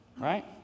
Right